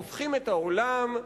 הופכים את העולם,